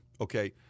okay